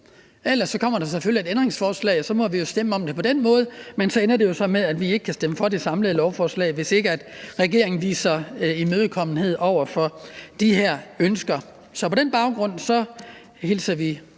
ellers kommer der selvfølgelig et ændringsforslag, og så må vi stemme om det på den måde. Men det ender jo med, at vi ikke kan stemme for det samlede lovforslag, hvis regeringen ikke viser imødekommenhed over for de her ønsker. Så på den baggrund hilser vi